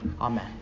amen